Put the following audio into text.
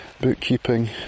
bookkeeping